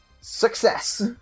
Success